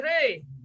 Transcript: Hey